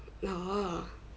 oh